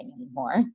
anymore